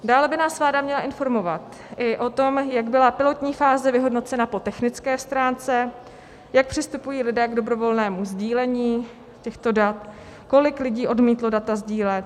Dále by nás vláda měla informovat i o tom, jak byla pilotní fáze vyhodnocena po technické stránce, jak přistupují lidé k dobrovolnému sdílení těchto dat, kolik lidí odmítlo data sdílet.